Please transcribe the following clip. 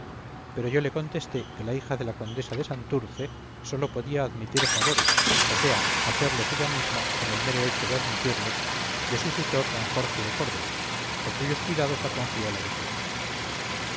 pero yo le contesté que la hija de la condesa de santurce sólo podía admitir favores o sea hacerlos ella misma en el mero hecho de admitirlos de su tutor d jorge de córdoba a cuyos cuidados la confió la difunta